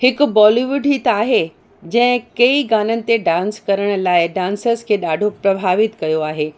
हिकु बॉलीवुड ई त आहे जंहिं कई गाननि ते डांस करण लाइ डांसर्स खे ॾाढो प्रभावित कयो आहे